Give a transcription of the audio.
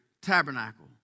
tabernacle